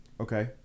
Okay